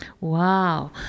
Wow